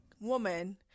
woman